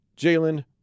Jalen